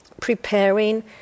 preparing